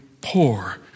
poor